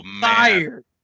fired